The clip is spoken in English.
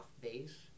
base